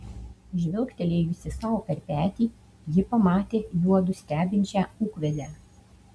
žvilgtelėjusi sau per petį ji pamatė juodu stebinčią ūkvedę